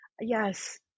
Yes